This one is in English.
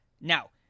Now